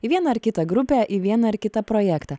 į vieną ar kitą grupę į vieną ar kitą projektą